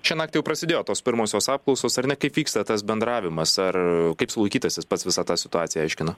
šią naktį jau prasidėjo tos pirmosios apklausos ar ne kaip vyksta tas bendravimas ar kaip sulaikytasis pats visą tą situaciją aiškina